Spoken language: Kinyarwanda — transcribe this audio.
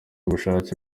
ubushake